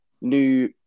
new